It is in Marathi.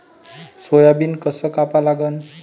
सोयाबीन कस कापा लागन?